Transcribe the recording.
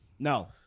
No